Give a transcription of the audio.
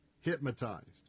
hypnotized